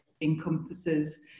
encompasses